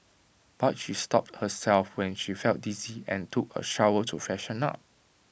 but she stopped herself when she felt dizzy and took A shower to freshen up